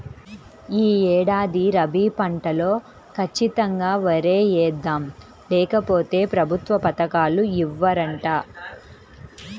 యీ ఏడాది రబీ పంటలో ఖచ్చితంగా వరే యేద్దాం, లేకపోతె ప్రభుత్వ పథకాలు ఇవ్వరంట